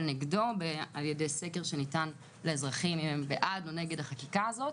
נגדו על-ידי סקר שניתן לאזרחים אם הם בעד או נגד החקיקה הזאת.